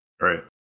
right